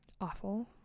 Awful